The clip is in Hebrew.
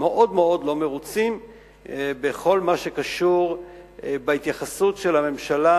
מאוד מאוד לא מרוצים בכל מה שקשור בהתייחסות של הממשלה